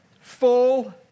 full